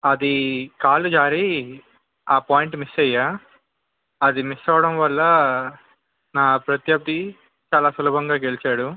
అది కాలు జారీ ఆ పాయింట్ మిస్ అయ్యాను అది మిస్ అవడం వల్ల నా ప్రత్యర్థి చాలా సులభంగా గెలిచాడు